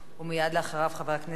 ומייד אחריו, חבר הכנסת